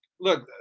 look